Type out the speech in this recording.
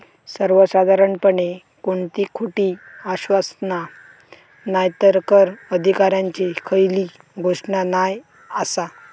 सर्वसाधारणपणे कोणती खोटी आश्वासना नायतर कर अधिकाऱ्यांची खयली घोषणा नाय आसा